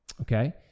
Okay